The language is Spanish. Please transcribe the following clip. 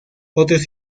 otros